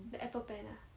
the Apple pen ah